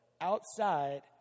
outside